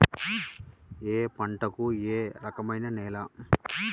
ఏ పంటకు ఏ రకమైన నేల?